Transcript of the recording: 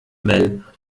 mel